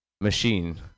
machine